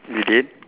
you did